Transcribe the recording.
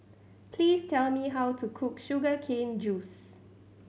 please tell me how to cook sugar cane juice